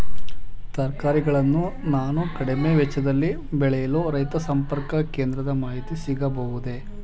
ತರಕಾರಿಗಳನ್ನು ನಾನು ಕಡಿಮೆ ವೆಚ್ಚದಲ್ಲಿ ಬೆಳೆಯಲು ರೈತ ಸಂಪರ್ಕ ಕೇಂದ್ರದ ಮಾಹಿತಿ ಸಿಗಬಹುದೇ?